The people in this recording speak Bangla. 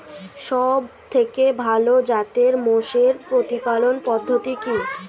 সবথেকে ভালো জাতের মোষের প্রতিপালন পদ্ধতি কি?